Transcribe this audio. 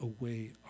away